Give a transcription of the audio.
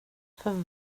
för